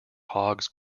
hogs